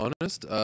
honest